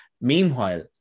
meanwhile